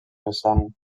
vessant